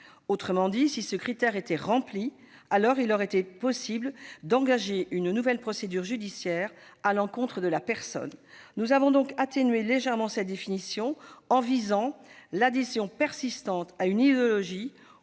termes, si ce critère était rempli, alors il aurait été possible d'engager une nouvelle procédure judiciaire à l'encontre de la personne. Nous avons donc atténué légèrement cette définition, en visant l'adhésion persistante à une idéologie